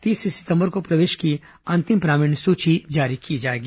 तीस सितंबर को प्रवेश की अंतिम प्रावीण्य सूची जारी की जाएगी